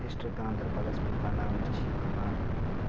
district گاندربَلس منٛز بَناوانہٕ چھِ یِوان